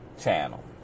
channel